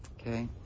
Okay